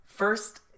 First